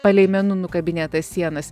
palei menu nukabinėtas sienas